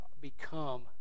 become